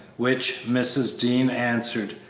which mrs. dean answered.